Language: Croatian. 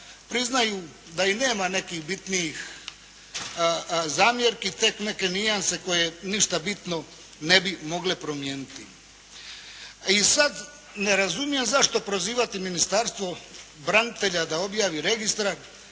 priznaju da i nema nekih bitnijih zamjerki. Tek neke nijanse koje ništa bitno ne bi mogle promijeniti. I sad ne razumijem zašto prozivati Ministarstvo branitelja da objavi registar,